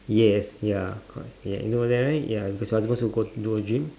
yes ya correct yeah you know that right ya because I was supposed to go to a gym